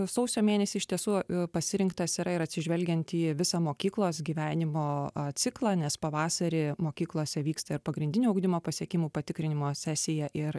sausio mėnesį iš tiesų pasirinktas yra ir atsižvelgiant į visą mokyklos gyvenimo ciklą nes pavasarį mokyklose vyksta ir pagrindinio ugdymo pasiekimų patikrinimo sesija ir